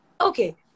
okay